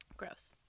gross